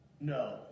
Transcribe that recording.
no